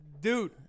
Dude